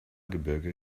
gebirge